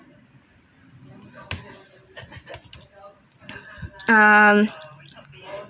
um